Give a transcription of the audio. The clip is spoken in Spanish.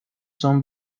son